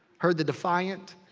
heard the defiant,